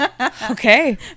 Okay